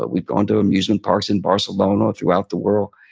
but we'd gone to amusement parks in barcelona, throughout the world.